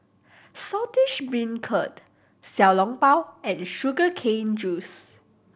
Saltish Beancurd Xiao Long Bao and sugar cane juice